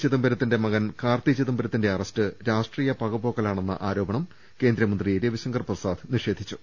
ചിദംബരത്തിന്റെ മകൻ കാർത്തി ചിദംബ രത്തിന്റെ അറസ്റ്റ് രാഷ്ട്രീയ പകപോക്കലാണെന്ന് ആരോപണം കേന്ദ്ര മന്ത്രി രവിശങ്കർ പ്രസാദ് നിഷേധിച്ചു